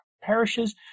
parishes